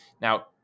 Now